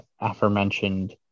aforementioned